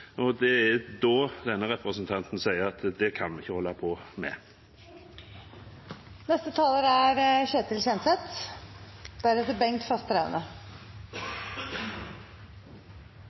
pst. Det er da denne representanten sier at det kan vi ikke holde på med. Jeg synes det er